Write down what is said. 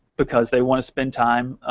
because they wanna spend time